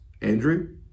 Andrew